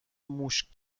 موش